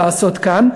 הרבה לעשות כאן,